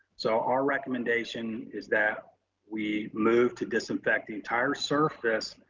so our recommendation is that we move to disinfect the entire surface,